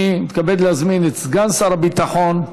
אני מתכבד להזמין את סגן שר הביטחון,